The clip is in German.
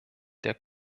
der